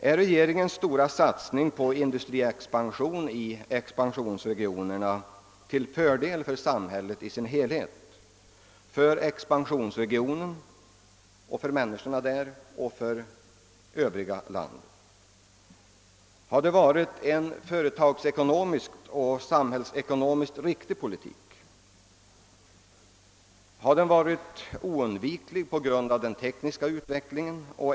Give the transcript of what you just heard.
Är regeringens stora satsning på industriexpansion i expansionsregionerna till fördel för samhället i dess helhet, för expansionsregionen och för människorna där? Har det varit en företagsekonomiskt och samhällsekonomiskt riktig politik? Har den varit oundviklig på grund av den tekniska utvecklingen?